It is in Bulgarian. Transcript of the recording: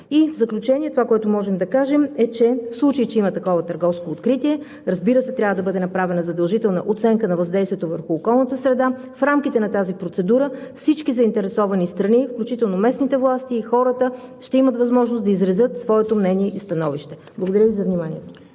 В заключение това, което можем да кажем, е: в случай че има такова търговско откритие, разбира се, трябва да бъде направена задължителна оценка на въздействието върху околната среда. В рамките на тази процедура всички заинтересовани страни, включително местните власти и хората, ще имат възможност да изразят своето мнение и становище. Благодаря Ви за вниманието.